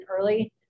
early